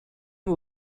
you